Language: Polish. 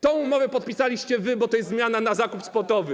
Tę umowę podpisaliście wy, bo to jest zmiana na zakup spotowy.